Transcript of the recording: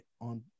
on